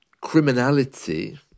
criminality